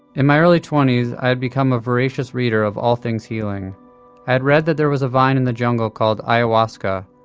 in my early twenties i had become a voracious reader of all things healing. i had read that there was a vine in the jungle called ayahuasca,